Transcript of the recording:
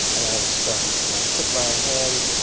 and i was stunned. and i put my hand